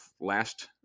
last